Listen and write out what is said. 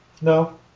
No